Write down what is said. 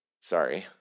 Sorry